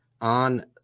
on